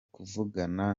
kuvugana